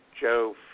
Joe